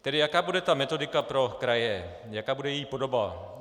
Tedy jaká bude metodika pro kraje, jaká bude její podoba.